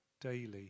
Daily